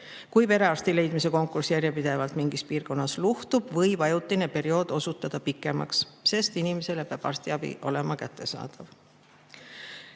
Kui perearsti leidmise konkurss järjepidevalt mingis piirkonnas luhtub, võib ajutine periood osutuda pikemaks, sest inimesele peab arstiabi olema kättesaadav. Helmen